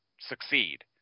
succeed